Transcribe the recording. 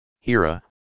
Hira